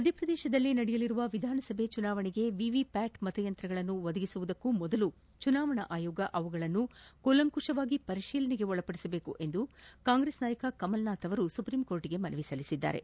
ಮಧ್ಯಪ್ರದೇಶದಲ್ಲಿ ನಡೆಯಲಿರುವ ವಿಧಾನಸಭೆ ಚುನಾವಣೆಗೆ ವಿವಿಷ್ಯಾಟ್ ಮತಯಂತ್ರಗಳನ್ನು ಒದಗಿಸುವ ಮುನ್ನ ಚುನಾವಣಾ ಅಯೋಗ ಅವುಗಳನ್ನು ಕೂಲಂಕುಷವಾಗಿ ಪರಿಶೀಲಿಸಬೇಕೆಂದು ಕಾಂಗ್ರೆಸ್ ನಾಯಕ ಕಮಲ್ನಾಥ್ ಸುಪ್ರೀಂಕೋರ್ಟ್ಗೆ ಮನವಿ ಸಲ್ಲಿಸಿದ್ದಾರೆ